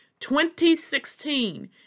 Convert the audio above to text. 2016